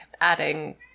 adding